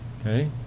okay